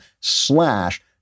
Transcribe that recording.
slash